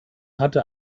hatte